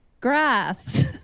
Grass